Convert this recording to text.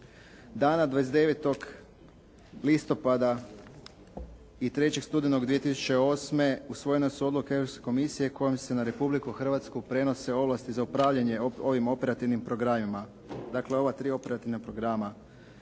Dana 29. listopada i 3. studenoga 2008. usvojene su odluke Europske komisije kojom se na Republiku Hrvatsku prenose ovlasti za upravljanje ovim operativnim programima. Dakle, ova tri operativna programa.